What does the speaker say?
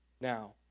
now